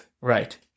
Right